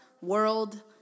world